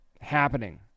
happening